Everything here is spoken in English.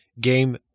game